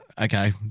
okay